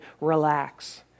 relax